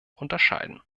unterscheiden